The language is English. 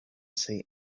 say